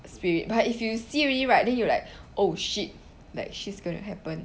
spirit but if you see already right then you like oh shit like shits gonna happen